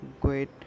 great